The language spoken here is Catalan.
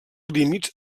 límits